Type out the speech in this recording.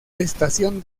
estación